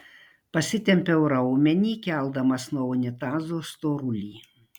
pasitempiau raumenį keldamas nuo unitazo storulį